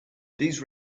these